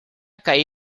caí